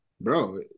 Bro